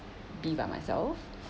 be by myself